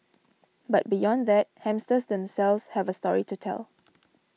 but beyond that hamsters themselves have a story to tell